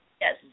Yes